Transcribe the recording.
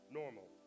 normal